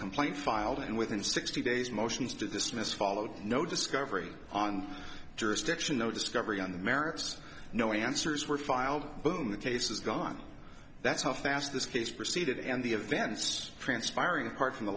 complaint filed and within sixty days motions to dismiss followed no discovery on jurisdiction no discovery on the merits no answers were filed but in the cases gone that's how fast this case proceeded and the events transpiring apart from the